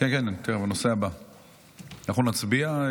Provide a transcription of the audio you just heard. אנחנו נצביע,